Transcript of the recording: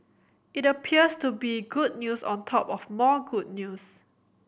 it appears to be good news on top of more good news